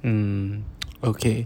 mm okay